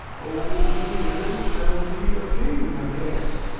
old lear shall be a king again.